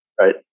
right